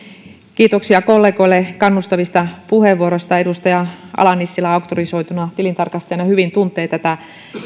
kiitoksia kollegoille kannustavista puheenvuoroista edustaja ala nissilä auktorisoituna tilintarkastajana hyvin tuntee tätä